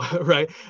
Right